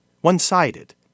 one-sided